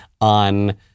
on